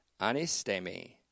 anistemi